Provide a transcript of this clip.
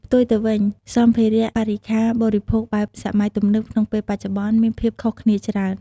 ផ្ទុយទៅវិញ សម្ភារៈបរិក្ខារបរិភោគបែបសម័យទំនើបក្នុងពេលបច្ចុប្បន្ន មានភាពខុសគ្នាច្រើន។